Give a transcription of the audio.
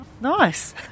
Nice